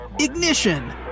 ignition